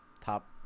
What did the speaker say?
top